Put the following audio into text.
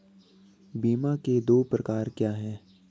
बीमा के दो प्रकार क्या हैं?